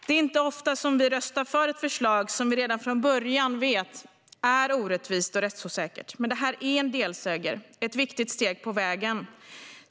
Det är inte ofta som vi röstar för ett förslag som vi redan från början vet är orättvist och rättsosäkert, men det här är en delseger, ett viktigt steg på vägen.